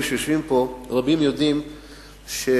שיושבים פה יש רבים יודעים שבאריאל,